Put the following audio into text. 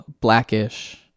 Blackish